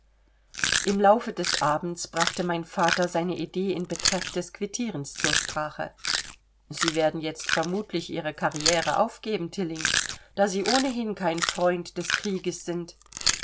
im laufe des abends brachte mein vater seine idee in betreff des quittierens zur sprache sie werden jetzt vermutlich ihre karrire aufgeben tilling da sie ohnehin kein freund des krieges sind